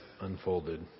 unfolded